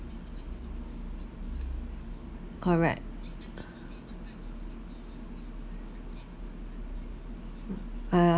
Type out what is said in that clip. correct uh